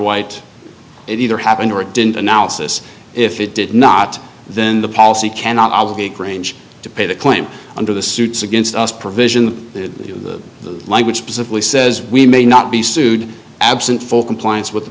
white it either happened or it didn't analysis if it did not then the policy cannot obligate grange to pay the claim under the suits against us provision the language presumably says we may not be sued absent full compliance with the